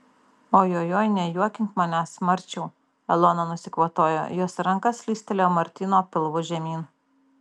ojojoi nejuokink manęs marčiau elona nusikvatojo jos ranka slystelėjo martyno pilvu žemyn